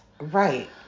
Right